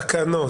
תקנות,